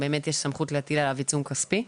יש סמכות להטיל עליו עיצום כספי.